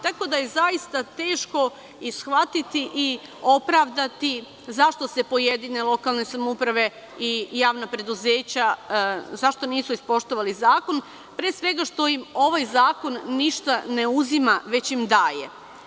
Tako da, zaista je teško shvatiti i opravdati zašto pojedine lokalne samouprave i javna preduzeća nisu ispoštovali zakon, pre svega što im ovaj zakon ništa ne uzima, već im daje.